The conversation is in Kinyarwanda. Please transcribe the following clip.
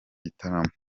gitondo